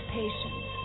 patience